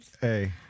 hey